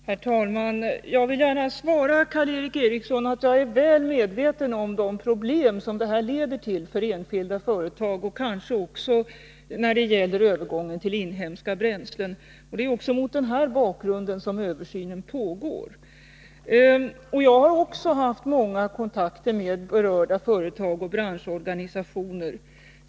Herr talman! Jag vill gärna svara Karl Erik Eriksson att jag är väl medveten om de problem som detta leder till för enskilda företag och kanske också när det gäller övergången till inhemska bränslen. Det är också mot den bakgrunden som översynen pågår. Jag har också haft många kontakter med berörda företag och branschorganisationer.